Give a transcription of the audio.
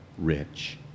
rich